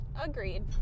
Agreed